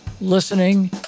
listening